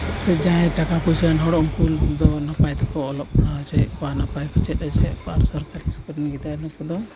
ᱥᱮ ᱡᱟᱦᱟᱸᱭ ᱴᱟᱠᱟ ᱯᱚᱭᱥᱟ ᱟᱱ ᱦᱚᱲ ᱩᱱᱠᱩ ᱫᱚ ᱱᱟᱯᱟᱭ ᱛᱮᱠᱚ ᱚᱞᱚᱜ ᱯᱟᱲᱦᱟᱣ ᱦᱚᱪᱚᱭᱮᱫ ᱠᱚᱣᱟ ᱱᱟᱯᱟᱭ ᱠᱚ ᱪᱮᱫ ᱦᱚᱪᱚᱭᱮᱫ ᱠᱚᱣᱟ ᱟᱨ ᱥᱚᱨᱠᱟᱨᱤ ᱤᱥᱠᱩᱞ ᱨᱮᱱ ᱜᱤᱫᱽᱨᱟᱹ ᱱᱩᱠᱩ ᱫᱚ